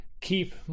keep